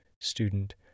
Student